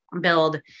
build